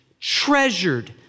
treasured